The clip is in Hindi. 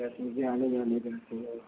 बस मुझे आने जाने का चाहिए